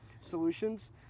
solutions